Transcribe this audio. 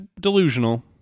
delusional